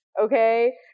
Okay